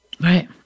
Right